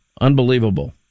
unbelievable